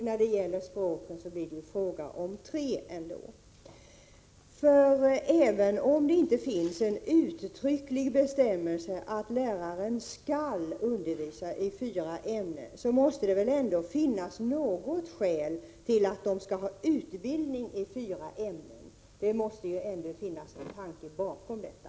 När det gäller språken blir det fråga om tre ämnen. Även om det inte finns en uttrycklig bestämmelse om att lärarna skall undervisa i fyra ämnen, måste det väl ändå finnas något skäl till att de skall ha utbildning i fyra ämnen. Det måste finnas en tanke bakom detta.